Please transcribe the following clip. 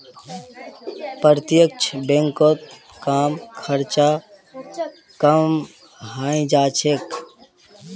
प्रत्यक्ष बैंकत कम खर्चत काम हइ जा छेक